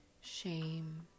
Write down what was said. shame